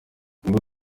nibwo